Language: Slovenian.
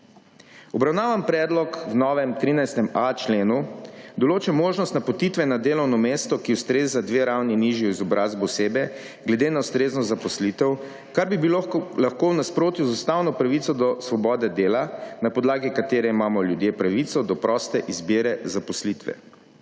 Obravnavan predlog v novem, 13.a členu določa možnost napotitve na delovno mesto, ki ustreza dve ravni nižji izobrazbi osebe glede na ustrezno zaposlitev, kar bi bilo lahko v nasprotju z ustavno pravico do svobode dela, na podlagi katere imamo ljudje pravico do proste izbire zaposlitve.